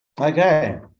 Okay